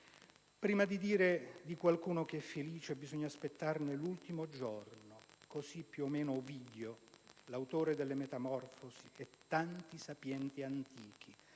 Prima di dire di qualcuno che è felice, bisogna aspettarne l'ultimo giorno. Così, più o meno, scrivevano Ovidio, l'autore delle "Metamorfosi", e tanti sapienti antichi.